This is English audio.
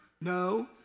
No